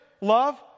love